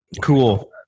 cool